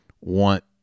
want